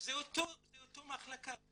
זה אותה מחלקה.